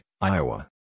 Iowa